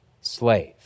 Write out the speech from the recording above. slave